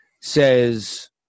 says